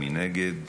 מי נגד?